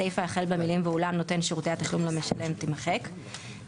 הסיפה החל במילים "ואולם נותן שירותי התשלום למשלם" - תימחק;